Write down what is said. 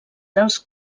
dels